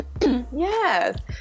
Yes